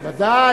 ודאי,